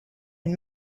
and